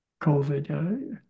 COVID